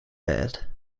bad